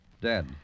Dead